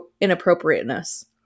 inappropriateness